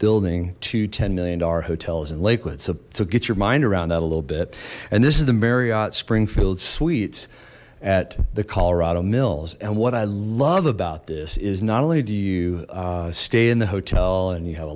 building to ten million dollar hotels in lakewood so so get your mind around that a little bit and this is the marriott springfield suites at the colorado mills and what i love about this is not only do you stay in the hotel and you have a